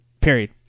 period